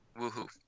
Woohoo